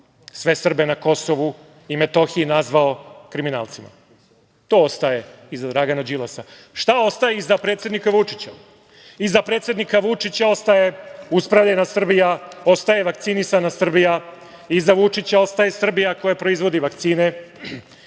sve Srbe na Kosovu i Metohiji nazvao kriminalcima. To ostaje iza Dragana Đilasa. Šta ostaje iza predsednika Vučića? Iza predsednika Vučića ostaje uspravljena Srbija, ostaje vakcinisana Srbija. Iza predsednika Vučića ostaje Srbija koja proizvodi vakcine.